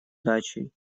дачей